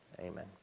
Amen